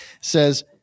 says